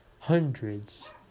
Hundreds